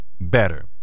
better